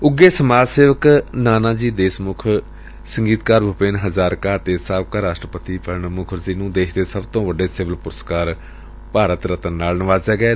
ਉਘੇ ਸਮਾਜ ਸੇਵਕ ਨਾਨਾ ਜੀ ਦੇਸ਼ਮੁੱਖ ਸੰਗੀਤਕਾਰ ਭੂਪੇਨ ਹਜ਼ਾਰਿਕਾ ਅਤੇ ਸਾਬਕਾ ਰਾਸ਼ਟਰਪਤੀ ਪ੍ਰਣਬ ਮੁਖਰਜੀ ਨੂੰ ਦੇਸ਼ ਦੇ ਸਭ ਤੋਂ ਵੱਡੇ ਸਿਵਲ ਪੁਰਸਕਾਰ ਭਾਰਤ ਰਤਨ ਨਾਲ ਨਿਵਾਜ਼ਿਆ ਗਿਐ